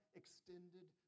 extended